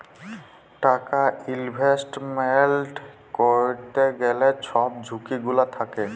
টাকা ইলভেস্টমেল্ট ক্যইরতে গ্যালে ছব ঝুঁকি গুলা থ্যাকে